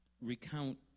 recount